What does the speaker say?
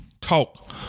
Talk